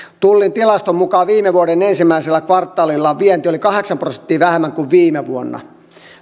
tullin tilaston mukaan viime vuoden ensimmäisellä kvartaalilla vienti oli kahdeksan prosenttia vähemmän kuin viime vuonna